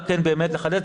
רק לחדד,